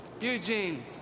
Eugene